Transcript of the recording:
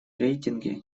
рейтинге